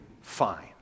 fine